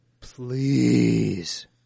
Please